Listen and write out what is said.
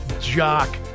Jock